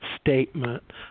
statement